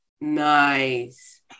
Nice